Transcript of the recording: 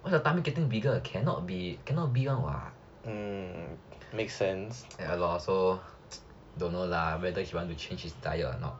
why is your tummy getting bigger cannot be cannot be [one] [what] ya lor so don't know lah whether he want to change his diet or not